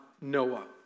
Noah